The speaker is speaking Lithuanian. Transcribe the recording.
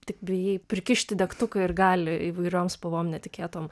tik bijai prikišti degtuką ir gali įvairiom spalvom netikėtom